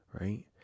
right